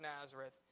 Nazareth